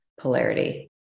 polarity